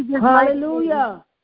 Hallelujah